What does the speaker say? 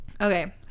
Okay